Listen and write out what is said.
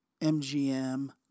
MGM